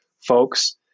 folks